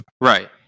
Right